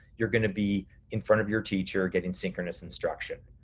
you're gonna be in front of your teacher getting synchronous instruction.